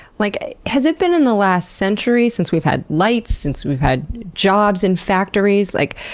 like has it been in the last century, since we've had lights, since we've had jobs in factories? like,